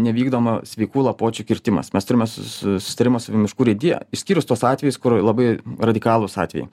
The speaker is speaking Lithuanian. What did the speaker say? nevykdoma sveikų lapuočių kirtimas mes turime susitarimą su miškų urėdija išskyrus tuos atvejus kur labai radikalūs atvejai